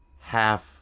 half